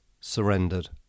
surrendered